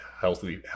healthy